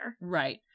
Right